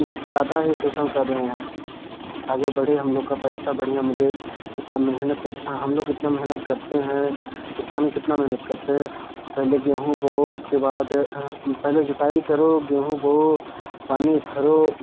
ज़्यादा ही शोषण कर रहे हैं आगे बढ़े हम लोग का पैसा बढ़िया मिले इतना मेहनत हम लोग इतना मेहनत करते हैं किसान कितना मेहनत करते हैं पहले गेहूँ बो उसके बाद पहले जुताई करो गेहूँ बो पानी भरो